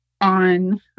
on